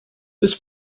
this